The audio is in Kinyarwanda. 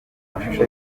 amashusho